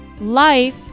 life